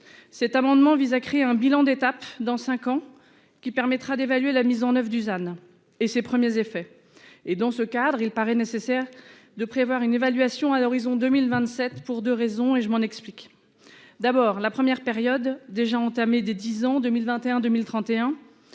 Cet amendement vise à créer un bilan d'étape dans 5 ans, qui permettra d'évaluer la mise en oeuvre Dusan et ses premiers effets. Et dans ce cadre il paraît nécessaire de prévoir une évaluation à l'horizon 2027 pour 2 raisons et je m'en explique. D'abord la première période déjà entamé des 10 en 2021 2031.